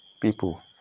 people